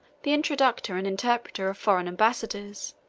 the introductor and interpreter of foreign ambassadors